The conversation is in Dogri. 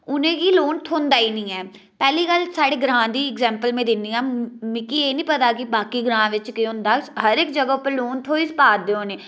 उ'नेंगी लोन थ्होंदा निं ऐ पैह्ली गल्ल साढ़े ग्रांऽ दी एग्जेम्पल में दिन्नी आं मिगी एह् निं पता की बाकी ग्रांऽ बिच केह् होंदा हर इक्क जगह पर लोन थ्होई पा दे होने